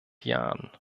jahren